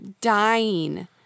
dying